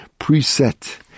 preset